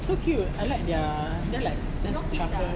so cute I like their they are like just couple